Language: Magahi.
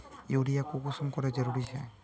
यूरिया कुंसम करे जरूरी छै?